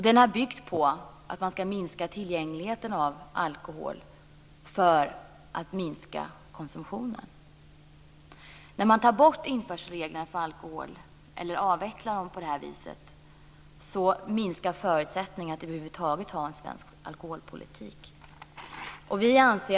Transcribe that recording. Den har byggt på att man ska minska tillgängligheten av alkohol för att minska konsumtionen. När man avvecklar införselreglerna för alkohol på det här viset minskar förutsättningarna för en svensk alkoholpolitik över huvud taget.